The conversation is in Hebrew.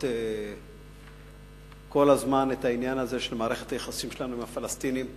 את עניין מערכת היחסים שלנו עם הפלסטינים,